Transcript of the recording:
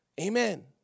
Amen